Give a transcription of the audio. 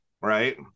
right